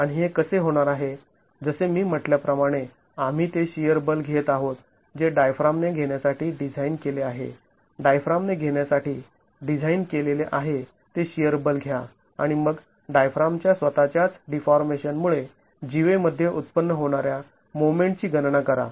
आणि हे कसे होणार आहे जसे मी म्हटल्या प्रमाणे आम्ही ते शिअर बल घेत आहोत जे डायफ्रामने घेण्यासाठी डिझाईन केले आहे डायफ्राम ने घेण्यासाठी डिझाईन केलेले आहे ते शिअर बल घ्या आणि मग डायफ्रामच्या स्वतःच्याच डीफॉर्मेशन मुळे जीवे मध्ये उत्पन्न होणाऱ्या मोमेंटची गणना करा